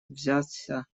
взяться